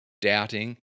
doubting